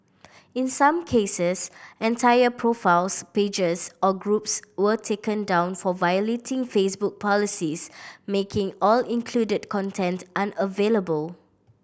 in some cases entire profiles pages or groups were taken down for violating Facebook policies making all included content unavailable